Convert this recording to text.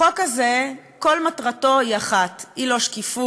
החוק הזה, כל מטרתו היא אחת, היא לא שקיפות,